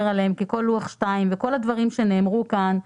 עליהם כי לוח 2 וכל הדברים שנאמרו כאן,